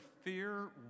fear